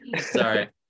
sorry